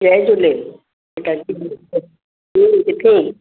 जय झूले हा किथे आहीं